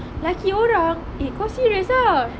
lelaki orang eh kau serious ah